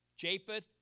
Japheth